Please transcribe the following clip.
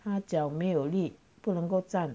他脚没有力不能够站